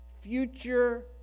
future